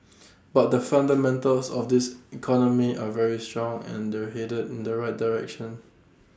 but the fundamentals of this economy are very strong and they're headed in the right direction